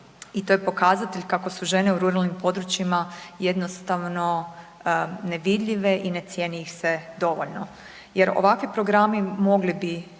i to je pokazatelj kako su žene u ruralnim područjima jednostavno nevidljive i ne cijeni ih se dovoljno jer ovakvi programi mogli bi